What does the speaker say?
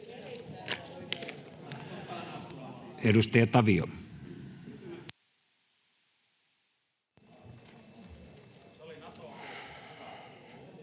Edustaja Tavio.